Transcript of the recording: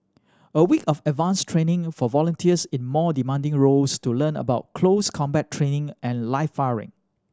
a week of advanced training for volunteers in more demanding roles to learn about close combat training and live firing